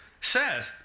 says